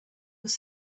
was